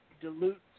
dilute